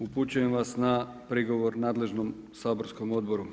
Upućujem vas na prigovor nadležnom saborskom odboru.